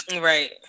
Right